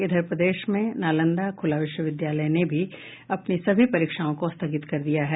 इधर प्रदेश में नालंदा खुला विश्वविद्यालय ने भी अपनी सभी परीक्षाओं को स्थगित कर दिया है